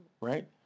right